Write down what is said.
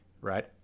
right